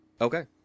Okay